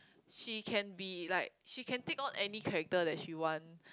she can be like she can take on any character that she want